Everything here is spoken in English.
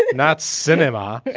and not cinema